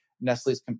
Nestle's